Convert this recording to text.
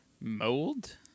Mold